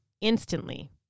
instantly